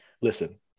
listen